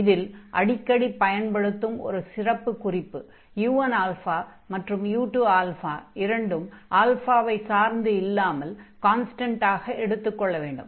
இதில் அடிக்கடி பயன்படுத்தும் ஒரு சிறப்புக் குறிப்பு u1α மற்றும் u2α இரண்டும் சார்ந்து இல்லாமல் கான்ஸ்டன்டாக எடுத்துக்கொள்ள வேண்டும்